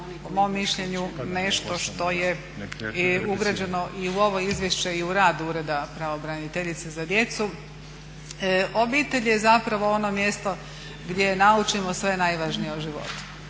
po mom mišljenju nešto što je ugrađeno i u ovo izvješće i u rad Ureda pravobraniteljice za djecu obitelj je zapravo ono mjesto gdje naučimo sve najvažnije o životu.